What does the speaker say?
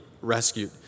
rescued